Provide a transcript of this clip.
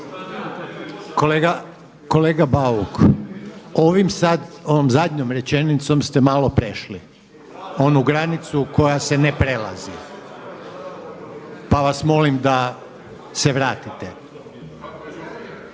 ovim sad, ovom zadnjom rečenicom ste malo prešli onu granicu koja se ne prelazi pa vas molim da se vratiti.